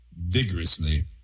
vigorously